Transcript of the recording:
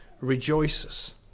rejoices